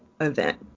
event